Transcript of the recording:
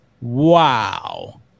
wow